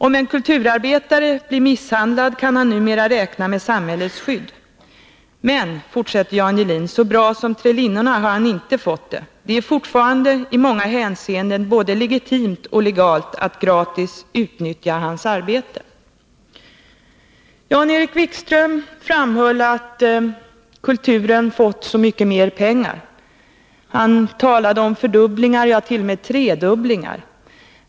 Om en kulturarbetare blir misshandlad kan han numera räkna med samhällets skydd. Men så bra som trälinnorna har han inte fått det — det är fortfarande i många hänseenden både legitimt och legalt att gratis utnyttja hans arbete.” Jan-Erik Wikström framhöll att kulturen fått så mycket mer pengar. Han talade om fördubblingar, ja, t.o.m. tredubblingar.